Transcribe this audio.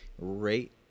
rate